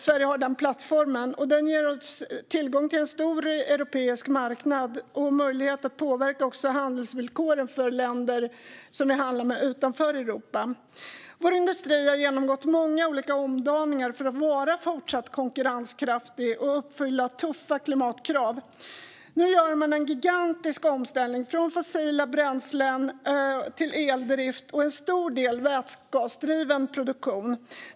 Sverige har också en plattform som ger oss tillgång till en stor europeisk marknad och ger oss möjlighet att påverka handelsvillkoren för länder utanför Europa som vi handlar med. Vår industri har genomgått många olika omdaningar för att vara fortsatt konkurrenskraftig och uppfylla tuffa klimatkrav. Nu gör man en gigantisk omställning från fossila bränslen till eldrift och en stor del vätgasdriven produktion.